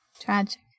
Tragic